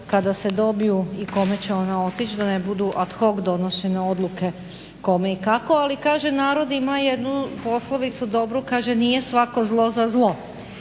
kada se dobiju i kome će ona otići da ne budu ad hoc donošene odluke kome i kako, ali kaže narod ima jednu poslovicu dobru, kaže nije svako zlo za zlo.